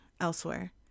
elsewhere